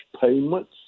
payments